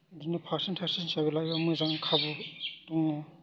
बिदिनो पारसेन्तेज हिसाबै लायबो मोजां खाबु दङ